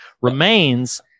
remains